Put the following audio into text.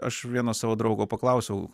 aš vieno savo draugo paklausiau